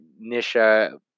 Nisha